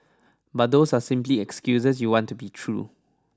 but those are simply excuses you want to be true